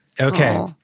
Okay